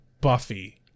buffy